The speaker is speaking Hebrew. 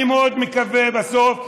אני מאוד מקווה שבסוף,